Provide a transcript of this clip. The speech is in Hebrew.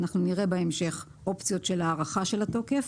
ואנחנו נראה בהמשך אופציות של הארכה של התוקף,